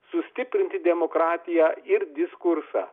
sustiprinti demokratiją ir diskursą